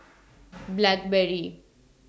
Blackberry